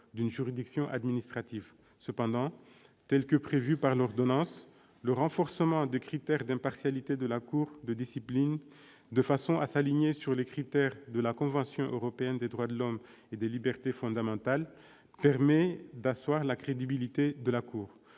d'une juridiction administrative. Cependant, tel qu'il est prévu par l'ordonnance, le renforcement des critères d'impartialité de la Cour de discipline de façon à s'aligner sur les critères de la convention européenne de sauvegarde des droits de l'homme et des libertés fondamentales permet d'asseoir la crédibilité de la Cour.